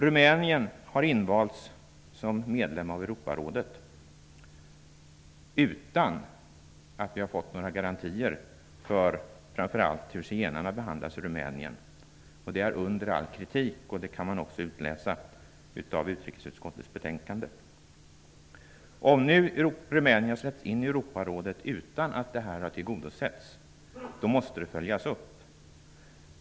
Rumänien har invalts som medlem av Europarådet utan att vi har fått några garantier för hur framför allt zigenarna behandlas i Rumänien. Det är under all kritik. Det kan man också utläsa av utrikesutskottets betänkande. Om Rumänien nu släppts in i Europarådet utan att detta har tillgodosetts måste det följas upp.